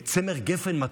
צמר גפן מתוק.